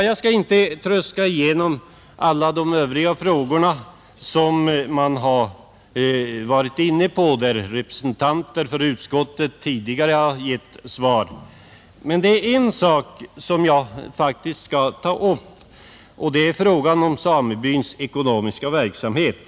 Jag skall inte tröska igenom alla de övriga frågor som man har varit inne på och där representanter för utskottet tidigare har gett svar. Men det är en sak som jag faktiskt skall ta upp, och det är frågan om samebyns ekonomiska verksamhet.